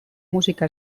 musika